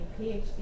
PhD